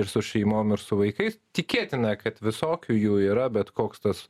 ir su šeimom ir su vaikais tikėtina kad visokių jų yra bet koks tas